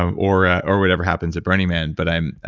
um or or whatever happens at burning man. but i'm